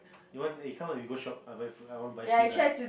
you want eh come ah we go shop I buy food I want buy sweet lah